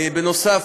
בנוסף,